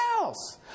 else